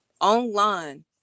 online